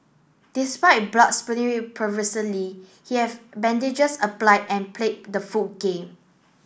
despite blood spewing profusely he have bandages apply and played the full game